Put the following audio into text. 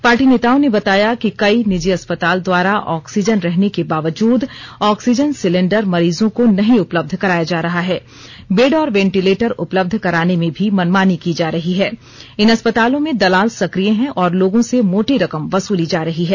party नेताओं ने बताया कि कई निजी अस्पताल द्वारा ऑक्सीजन रहने के बावजूद ऑक्सीजन सिलेंडर मरीजों को नहीं उपलब्ध कराया जा रहा हैबेड और वेंटिलेंटर उपलब्ध कराने में भी मनमानी की जा रही है इन अस्पतालों में दलाल सक्रिय है और लोगों से मोटी रकम वसूली जा रही है